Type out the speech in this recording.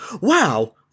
wow